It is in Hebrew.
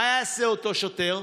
מה יעשה אותו שוטר,